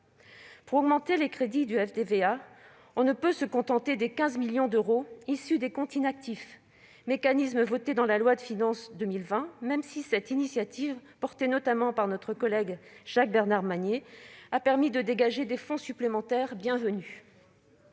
Pour augmenter les crédits du FDVA, on ne peut se contenter des 15 millions d'euros issus des comptes inactifs, mécanisme voté dans la loi de finances pour 2020, même si cette initiative, portée notamment par notre collègue Jacques-Bernard Magner, a permis de dégager des fonds supplémentaires bienvenus.